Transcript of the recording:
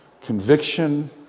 conviction